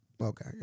Okay